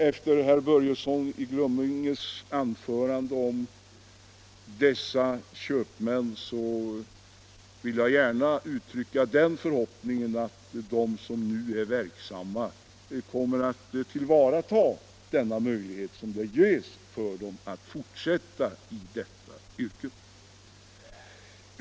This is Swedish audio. Efter herr Börjessons i Glömminge anförande om dessa köpmän vill jag än en gång uttrycka den förhoppningen att de som nu är verksamma kommer att tillvarata den möjlighet som ges åt dem att fortsätta i yrket.